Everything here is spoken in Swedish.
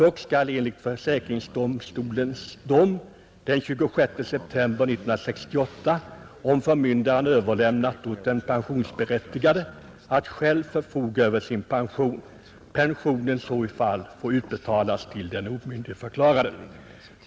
Om denne överlämnat åt den pensionsberättigade att själv förfoga över sin pension, skall dock pensionen enligt försäkringsdomstolens dom den 26 september 1968 utbetalas till den omyndigförklarade.